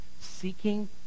seeking